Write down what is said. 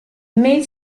made